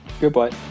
Goodbye